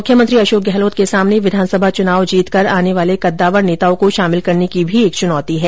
मुख्यमंत्री अशोक गहलोत के सामने विधानसभा चुनाव जीतकर आने वाले कद्दावर नेताओं को शामिल करने की भी एक चुनौती हैं